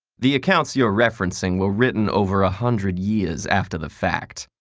the accounts you're referencing were written over a hundred years after the fact.